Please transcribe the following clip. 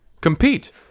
compete